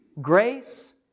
Grace